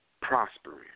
Prospering